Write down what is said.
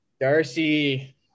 Darcy